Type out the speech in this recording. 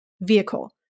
vehicle